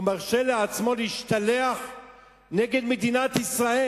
הוא מרשה לעצמו להשתלח נגד מדינת ישראל.